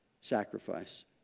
sacrifice